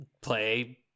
play